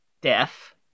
Deaf